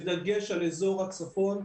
בדגש על אזור הצפון,